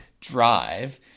drive